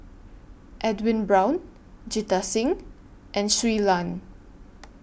Edwin Brown Jita Singh and Shui Lan